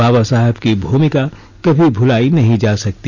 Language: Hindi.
बाबा साहेब की भूमिका कभी भूलाई नहीं जा सकती